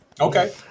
Okay